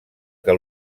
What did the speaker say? que